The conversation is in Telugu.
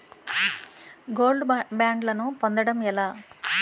గోల్డ్ బ్యాండ్లను పొందటం ఎలా?